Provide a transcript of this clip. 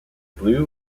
blue